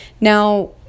Now